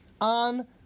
on